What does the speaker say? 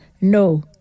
No